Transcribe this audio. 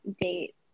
date